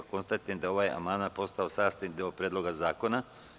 Konstatujem da je ovaj amandman postao sastavni deo Predloga zakona.